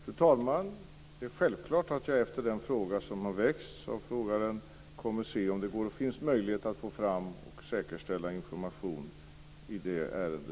Fru talman! Självfallet kommer jag efter den fråga som har väckts se om det finns möjlighet att få fram och säkerställa information i detta ärende.